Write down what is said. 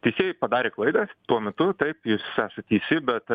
teisėjai padarė klaidą tuo metu taip jūs esat teisi bet